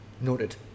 noted